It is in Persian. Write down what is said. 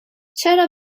چرا